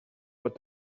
pot